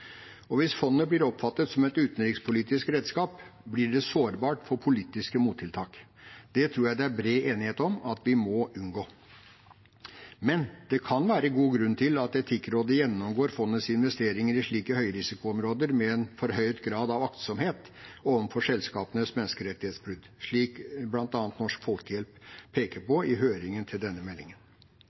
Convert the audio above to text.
Hvis fondet blir oppfattet som et utenrikspolitisk redskap, blir det sårbart for politiske mottiltak. Det tror jeg det er bred enighet om at vi må unngå. Men det kan være god grunn til at Etikkrådet gjennomgår fondets investeringer i slike høyrisikoområder med en forhøyet grad av aktsomhet overfor selskapenes menneskerettighetsbrudd, slik bl.a. Norsk Folkehjelp peker på i høringen til denne meldingen.